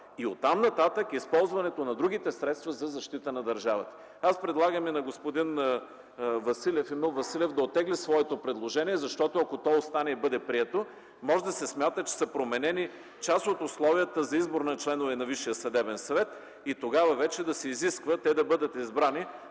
и оттам нататък използването на другите средства за защита на държавата. Предлагам и на господин Емил Василев да оттегли своето предложение, защото ако то остане и бъде прието, може да се смята, че са променени част от условията за избор на членове на Висшия съдебен съвет и тогава вече да се изисква да бъдат избрани